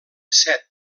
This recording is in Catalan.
set